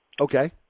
Okay